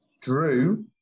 drew